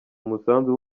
umusanzu